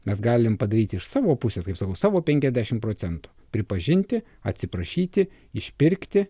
mes galim padaryti iš savo pusės kaip sakau savo penkiasdešimt procentų pripažinti atsiprašyti išpirkti